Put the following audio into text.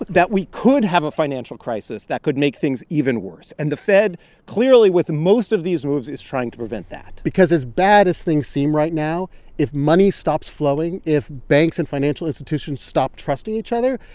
that we could have a financial crisis that could make things even worse. and the fed clearly, with most of these moves, is trying to prevent that because as bad as things seem right, now if money stops flowing, if banks and financial institutions stop trusting each other,